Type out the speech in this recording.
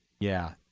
yeah.